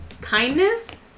kindness